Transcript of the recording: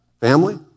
family